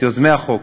ואת יוזמי החוק,